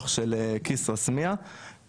שטח השיפוט של כסרא סמיע הוא 14,000 דונם.